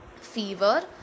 Fever